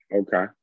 Okay